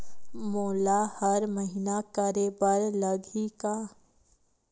मोला हर महीना करे बर लगही का?